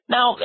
Now